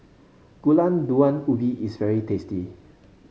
Gulai Daun Ubi is very tasty